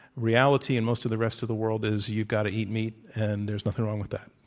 reality, and most of the rest of the world is you've got to eat meat, and there's nothing wrong with that.